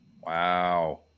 wow